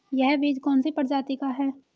यह बीज कौन सी प्रजाति का है?